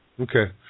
Okay